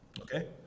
okay